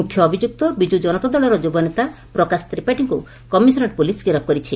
ମୁଖ୍ୟ ଅଭିଯୁକ୍ତ ବିଜୁ କନତା ଦଳର ଯୁବନେତା ପ୍ରକାଶ ତ୍ରିପାଠୀଙ୍କୁ କମିଶନରେଟ୍ ପୁଲିସ୍ ଗିରଫ କରିଛି